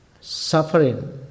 suffering